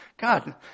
God